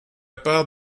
part